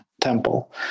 temple